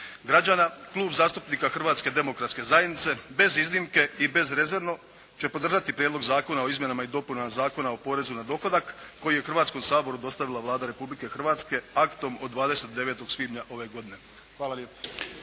građana, Klub zastupnika Hrvatske demokratske zajednice bez iznimke i bezrezervno će podržati Prijedlog zakona o izmjenama i dopunama Zakona o porezu na dohodak koji je Hrvatskom saboru dostavila Vlada Republike Hrvatske aktom od 29. svibnja ove godine. Hvala lijepa.